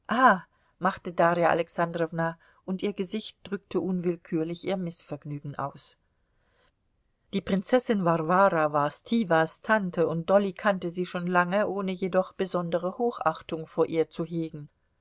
machte darja alexandrowna und ihr gesicht drückte unwillkürlich ihr mißvergnügen aus die prinzessin warwara war stiwas tante und dolly kannte sie schon lange ohne jedoch besondere hochachtung vor ihr zu hegen